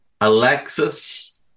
Alexis